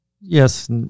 yes